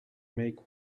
make